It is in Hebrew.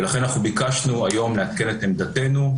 ולכן אנחנו ביקשנו היום לעדכן את עמדתנו.